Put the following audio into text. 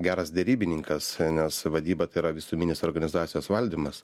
geras derybininkas nes vadyba tai yra visuminis organizacijos valdymas